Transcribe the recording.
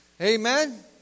Amen